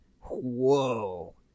whoa